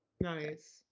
Nice